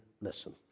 listen